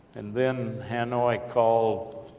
and then hanoi called,